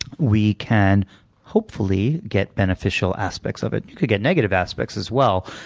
we can hopefully get beneficial aspects of it. you could get negative aspects as well,